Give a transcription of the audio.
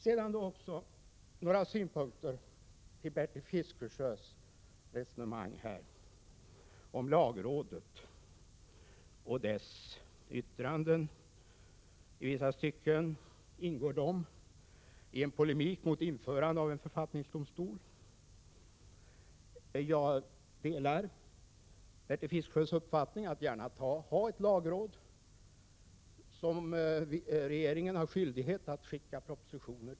Så några synpunkter på Bertil Fiskesjös resonemang om lagrådet och dess yttranden. I vissa stycken ingår de i en polemik mot införande av en författningsdomstol. Jag delar Bertil Fiskesjös uppfattning att vi gärna skall ha ett lagråd, till vilket regeringen skall ha skyldighet att skicka propositioner.